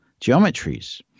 geometries